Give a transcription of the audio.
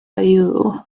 you